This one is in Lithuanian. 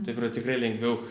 taip yra tikrai lengviau